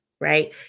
right